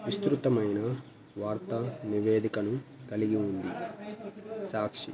విస్తృతమైన వార్త నివేదికను కలిగి ఉంది సాక్షి